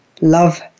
Love